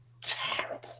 terrible